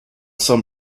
some